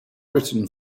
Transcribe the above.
written